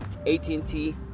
AT&T